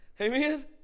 Amen